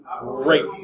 Great